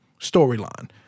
storyline